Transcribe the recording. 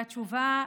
התשובה: